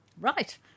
Right